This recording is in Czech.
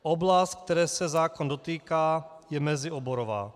Oblast, které se zákon dotýká, je mezioborová.